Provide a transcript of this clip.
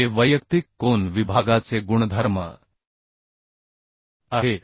हे वैयक्तिक कोन विभागाचे गुणधर्म आहेत